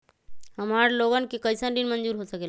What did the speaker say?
हमार लोगन के कइसन ऋण मंजूर हो सकेला?